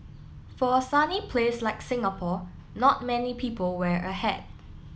for a sunny place like Singapore not many people wear a hat